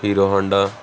Hero Honda